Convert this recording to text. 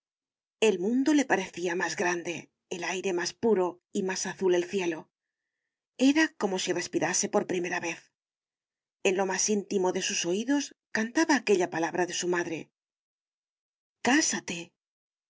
el mundo le parecía más grande el aire más puro y más azul el cielo era como si respirase por vez primera en lo más íntimo de sus oídos cantaba aquella palabra de su madre cásate